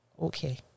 okay